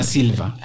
Silva